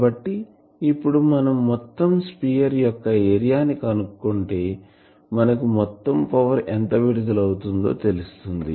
కాబట్టి ఇప్పుడు మనం మొత్తం స్పియర్ యొక్క ఏరియా ని కనుక్కుంటే మనకు మొత్తం పవర్ ఎంత విడుదల అవుతుందో తెలుస్తుంది